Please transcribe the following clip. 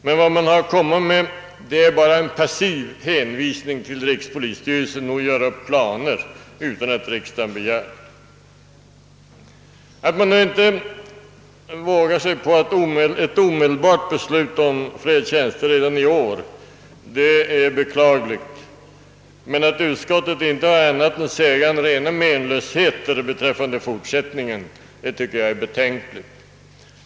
Men vad man har att komma med är bara en passiv hänvisning till att rikspolisstyrelsen gör upp planer utan att riksdagen begär det. Att man inte vågar sig på ett omedelbart beslut om fler tjänster redan i år är beklagligt. Men att utskottet inte har annat att säga än rena menlösheter beträffande framtiden tycker jag är betänkligt.